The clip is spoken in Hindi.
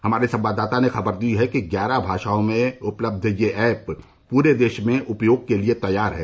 हमारे संवाददाता ने खबर दी है कि ग्यारह भाषाओं में उपलब्ध यह ऐप पूरे देश में उपयोग के लिये तैयार है